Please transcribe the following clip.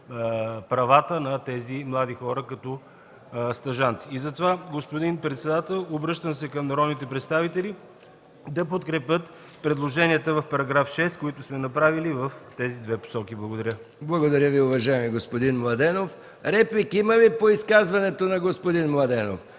правата на тези млади хора, като стажанти. Затова, господин председател, обръщам се към народните представители да подкрепят предложенията в § 6, които сме направили в тези две посоки. Благодаря. ПРЕДСЕДАТЕЛ МИХАИЛ МИКОВ: Благодаря Ви, уважаеми господин Младенов. Има ли реплики по изказването на господин Младенов?